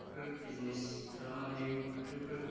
फोर बिजनेस खालामनो हायो फाथोफोर